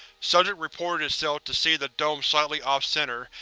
subject reported itself to see the dome slightly off-center,